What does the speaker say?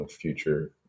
future